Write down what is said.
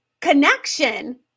connection